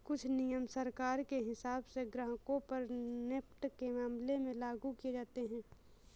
कुछ नियम सरकार के हिसाब से ग्राहकों पर नेफ्ट के मामले में लागू किये जाते हैं